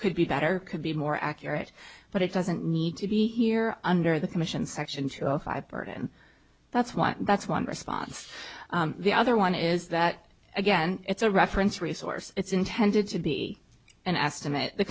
could be better could be more accurate but it doesn't need to be here under the commission section two zero five burden that's one that's one response the other one is that again it's a reference resource it's intended to be an estimate the